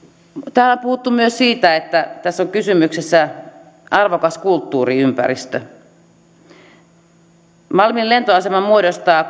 täällä on puhuttu myös siitä että tässä on kysymyksessä arvokas kulttuuriympäristö malmin lentoasema muodostaa